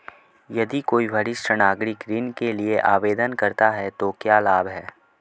यदि कोई वरिष्ठ नागरिक ऋण के लिए आवेदन करता है तो क्या लाभ हैं?